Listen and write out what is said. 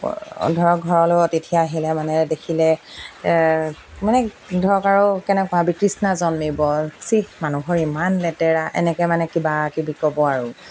ধৰক ঘৰলৈ অতিথি আহিলে মানে দেখিলে মানে ধৰক আৰু কেনেকুৱা বিতৃষ্ণা জন্মিব ছিঃ মানুহ ঘৰ ইমান লেতেৰা এনেকৈ মানে কিবা কিবি ক'ব আৰু